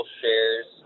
shares